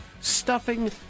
stuffing